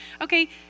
Okay